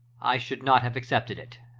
i should not have accepted it.